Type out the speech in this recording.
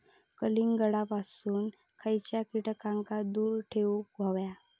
कलिंगडापासून खयच्या कीटकांका दूर ठेवूक व्हया?